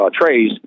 trays